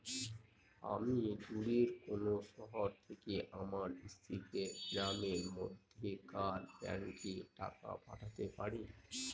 আমি দূরের কোনো শহর থেকে আমার স্ত্রীকে গ্রামের মধ্যেকার ব্যাংকে টাকা পাঠাতে পারি?